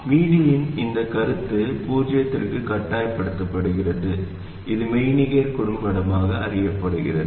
Vd இன் இந்த கருத்து பூஜ்ஜியத்திற்கு கட்டாயப்படுத்தப்படுகிறது இது மெய்நிகர் குறும்படமாக அறியப்படுகிறது